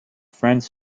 friends